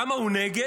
למה הוא נגד?